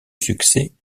succès